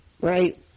right